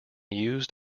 used